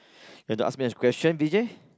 you have to ask me a question Vijay